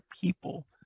people